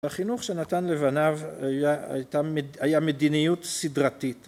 החינוך שנתן לבניו היה מדיניות סדרתית.